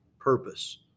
Purpose